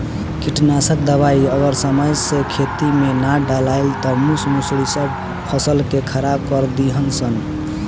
कीटनाशक दवाई अगर समय से खेते में ना डलाइल त मूस मुसड़ी सब फसल के खराब कर दीहन सन